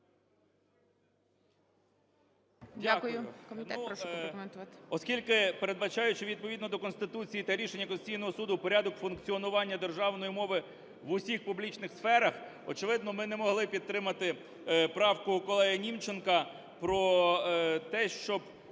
М.Л. Оскільки, передбачаючи відповідно до Конституції та рішення Конституційного Суду порядок функціонування державної мови в усіх публічних сферах, очевидно, ми не могли підтримати правку колегуНімченка про те, щоб